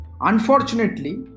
unfortunately